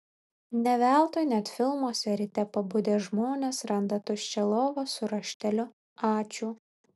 ne veltui net filmuose ryte pabudę žmonės randa tuščią lovą su rašteliu ačiū